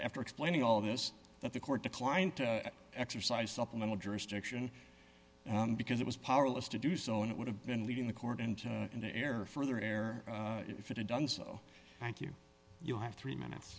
after explaining all this that the court declined to exercise supplemental jurisdiction because it was powerless to do so and it would have been leading the court into an error further error if it had done so thank you you have three minutes